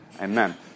Amen